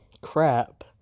Crap